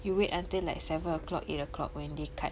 you wait until like seven o'clock eight o'clock when they cut